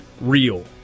real